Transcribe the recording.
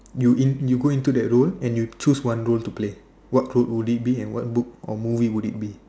you in you go into that role and you choose one role to play what role would it be and what book or movie would it be